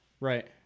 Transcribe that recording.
right